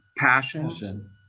passion